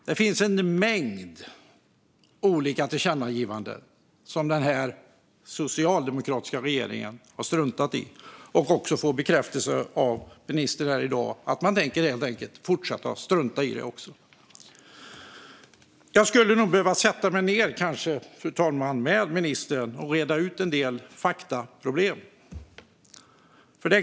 Den socialdemokratiska regeringen har struntat i en mängd tillkännagivanden, och nu får vi också bekräftelse av ministern att man tänker fortsätta att strunta i dem. Fru talman! Jag skulle nog behöva sätta mig ned med ministern och reda ut en del faktaproblem.